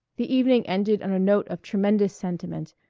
the evening ended on a note of tremendous sentiment,